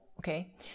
Okay